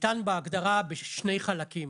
ניתן בהגדרה בשני חלקים: